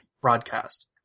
broadcast